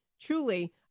Truly